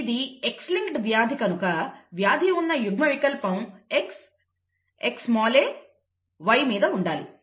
ఇది X linked కనుక వ్యాధి ఉన్న యుగ్మ వికల్పం X XaY మీద ఉండాలి